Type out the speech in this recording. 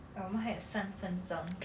oh 我们还有三分钟